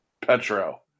Petro